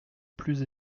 plus